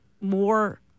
more